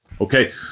Okay